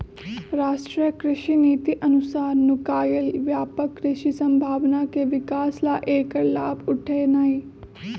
राष्ट्रीय कृषि नीति अनुसार नुकायल व्यापक कृषि संभावना के विकास आ ऐकर लाभ उठेनाई